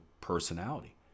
personality